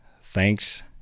Thanks